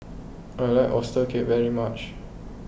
I like Oyster Cake very much